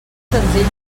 senzill